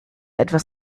etwas